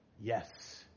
Yes